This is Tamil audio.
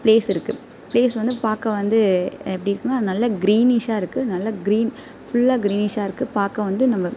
ப்ளேஸ் இருக்குது ப்ளேஸ் வந்து பார்க்க வந்து எப்படி இருக்கும்னா நல்லா க்ரீனிஷாக இருக்குது நல்லா க்ரீன் ஃபுல்லாக க்ரீனிஷாக இருக்குது பார்க்க வந்து நம்ம